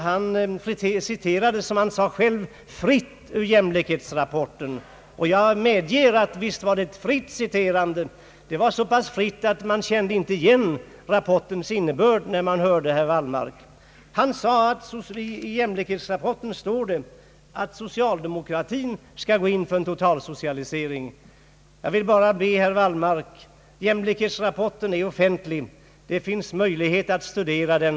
Han citerade, som han sade själv, »fritt ur jämlikhetsrapporten». Visst var det ett fritt citat! Det var så pass fritt att man inte kände igen rapportens innebörd, när man lyssnade till herr Wallmark. Han sade att det står i jämlikhetsrapporten att socialdemokratin skall gå in för en totalsocialisering. Jämlikhetsrapporten är offentlig, det finns möjlighet att studera den.